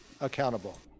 accountable